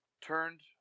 turned